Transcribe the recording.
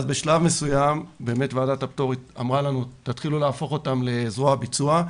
בשלב מסוים ועדת הפטור אמרה לנו להתחיל להפוך אותם לזרוע ביצוע.